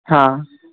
हां